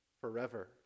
Forever